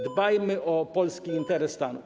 Dbajmy o polski interes stanu.